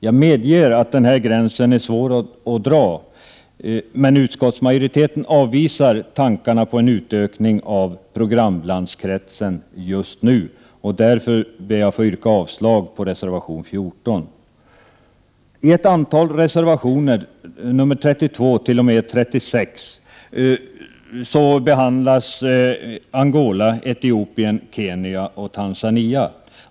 Jag medger att gränsen är svår att dra, men utskottsmajoriteten avvisar tankarna på en utökning av programlandskretsen just nu. Därför ber jag att få yrka avslag på reservation 14. I ett antal reservationer, nr 32—36, behandlas Angola, Etiopien, Kenya och Tanzania.